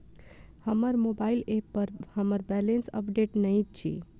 हमर mobile app पर हमर बैलेंस अपडेट नहि अछि